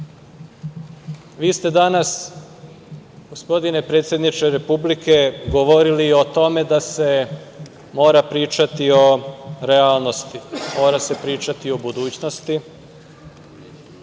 ste danas, gospodine predsedniče Republike, govorili o tome da se mora pričati o realnosti, mora se pričati o budućnosti.